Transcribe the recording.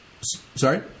Sorry